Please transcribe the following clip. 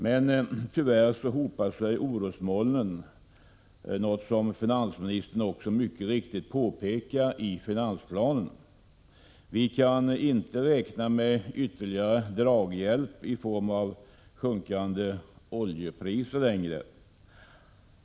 Men tyvärr hopar sig orosmolnen, något som finansministern också mycket riktigt påpekar i finansplanen. Vi kan inte räkna med ytterligare draghjälp i form av sjunkande oljepriser.